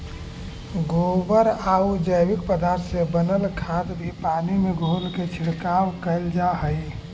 गोबरआउ जैविक पदार्थ से बनल खाद भी पानी में घोलके छिड़काव कैल जा हई